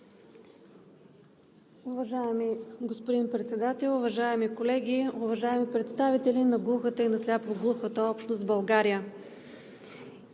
Уважаеми господин Председател, уважаеми колеги, уважаеми представители на глухата и на сляпо-глухата общност в България!